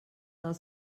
del